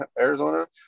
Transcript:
Arizona